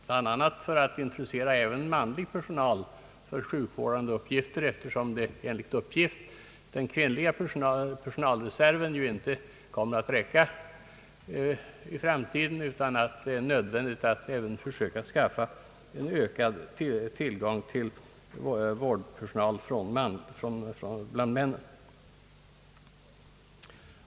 Bl.a. gäller det att intressera även manlig personal för sjukvårdande uppgifter, eftersom enligt uppgift den kvinnliga personalreserven inte kommer att räcka i framtiden, utan det blir nödvändigt att också försöka skaffa en ökad tillgång till vårdpersonal bland männen.